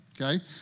okay